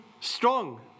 strong